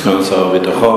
סגן שר הביטחון,